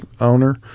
owner